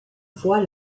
fois